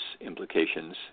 implications